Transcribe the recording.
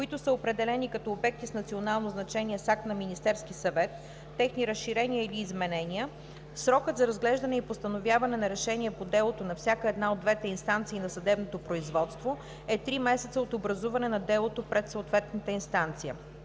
които са определени като обекти с национално значение с акт на Министерски съвет, техни разширения или изменения, срокът за разглеждане и постановяване на решение по делото на всяка една от двете инстанции на съдебното производство, е три месеца от образуване на делото пред съответната инстанция.“;